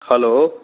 hello